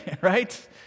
right